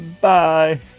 Bye